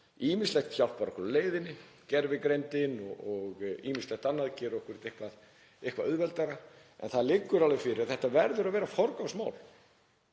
Ýmislegt hjálpar okkur á leiðinni, gervigreindin og ýmislegt annað gerir okkur þetta eitthvað auðveldara, en það liggur alveg fyrir að það verður að vera forgangsmál